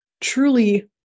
truly